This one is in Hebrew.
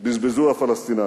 בזבזו הפלסטינים,